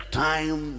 time